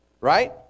Right